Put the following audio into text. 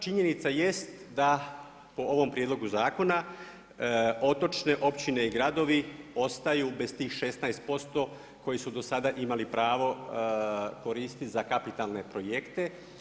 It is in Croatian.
Činjenica jest da po ovom prijedlogu zakona otočne općine i gradovi ostaju bez tih 16% koji su do sada imali pravo koristiti za kapitalne projekte.